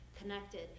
connected